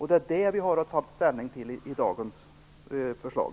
Det är det vi har att ta ställning till i dagens förslag.